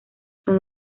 son